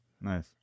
Nice